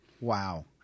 Wow